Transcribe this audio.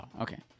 okay